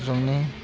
जोंनि